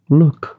look